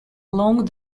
long